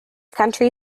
county